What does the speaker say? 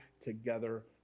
together